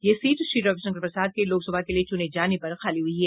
यह सीट श्री रविशंकर प्रसाद के लोकसभा के लिए चुने जाने पर खाली हुई है